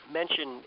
mention